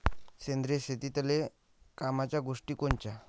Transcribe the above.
सेंद्रिय शेतीतले कामाच्या गोष्टी कोनच्या?